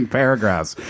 paragraphs